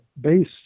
base